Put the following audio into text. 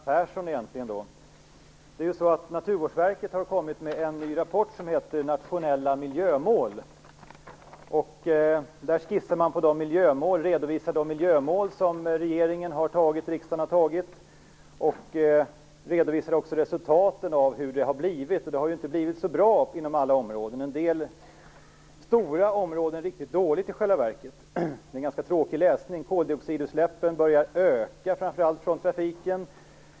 Herr talman! Jag har en fråga till Göran Persson. Naturvårdsverket har lagt fram en ny rapport, som heter Nationella miljömål. Där redovisar man de miljömål som regeringen och riksdagen har antagit och redogör också för de resultat som har uppnåtts. Det har inte blivit så bra inom alla områden, inom en del stora områden i själva verket riktigt dåligt. Det är en ganska tråkig läsning: Koldioxidutsläppen börjar öka, framför allt från trafiken.